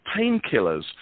painkillers